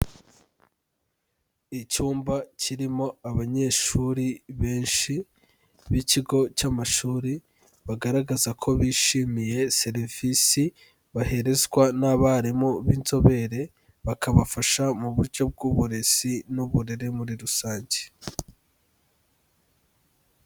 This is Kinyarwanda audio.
Icyumba kirimo abanyeshuri benshi b'ikigo cy'amashuri, bagaragaza ko bishimiye serivisi baherezwa n'abarimu b'inzobere bakabafasha mu buryo bw'uburezi n'uburere muri rusange.